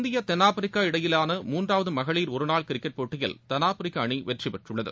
India தென்னாப்பிரிக்கா இடையிலான மூன்றாவது மகளிர் ஒருநாள் கிரிக்கெட் போட்டியில் தென்னாப்பிரிக்கா அணி வெற்றி பெற்றுள்ளது